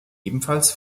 ebenfalls